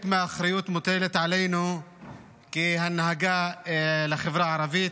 חלק מהאחריות מוטלת עלינו כהנהגה של החברה הערבית,